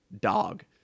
dog